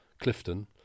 Clifton